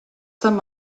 some